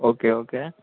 okay okay